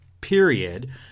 period